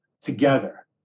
together